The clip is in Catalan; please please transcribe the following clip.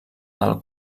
del